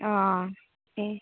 ꯑꯥ ꯑꯦ